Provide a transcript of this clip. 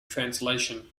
translation